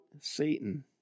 Satan